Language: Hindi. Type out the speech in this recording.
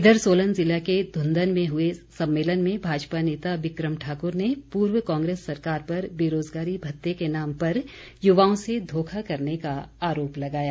इधर सोलन जिले के धुंदन में हुए सम्मेलन में भाजपा नेता बिक्रम ठाकुर ने पूर्व कांग्रेस सरकार पर बेरोज़गारी भत्ते के नाम पर युवाओं से धोखा करने का आरोप लगाया